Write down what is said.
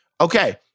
Okay